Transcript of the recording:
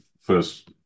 first